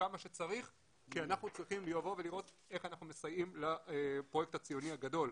שצריך כי אנחנו צריכים לראות איך אנחנו מסייעים לפרויקט הציוני הגדול.